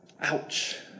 Ouch